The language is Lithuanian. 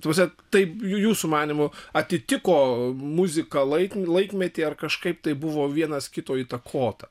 ta prasme taip jūsų manymu atitiko muziką laiko laikmetį ar kažkaip tai buvo vienas kito įtakota